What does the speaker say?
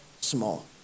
small